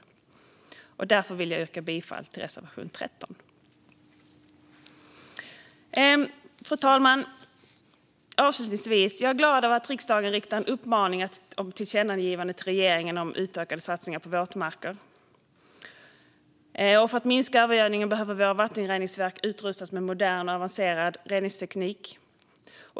Jag vill därför yrka bifall till reservation 13. Fru talman! Jag är avslutningsvis glad över att riksdagen riktar en uppmaning och ett tillkännagivande till regeringen om utökade satsningar på våtmarker. För att minska övergödningen behöver våra vattenreningsverk utrustas med modern och avancerad reningsteknik.